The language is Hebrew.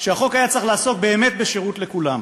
שהחוק היה צריך לעסוק בשירות לכולם,